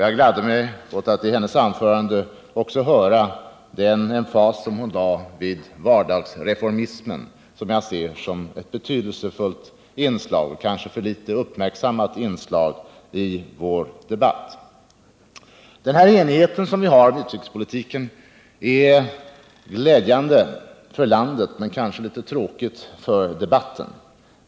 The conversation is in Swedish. Jag gladde mig åt att i hennes anförande höra den emfas hon gav åt vardagsreformismen, som jag ser som ett betydelsefullt inslag, kanske för litet uppmärksammat i vår debatt. Den här enigheten om utrikespolitiken är glädjande för landet men kanske litet tråkig för debatten.